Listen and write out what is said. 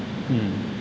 mm